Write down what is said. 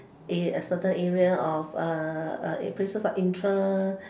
in a certain area of uh places of interest